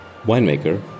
Winemaker